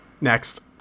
Next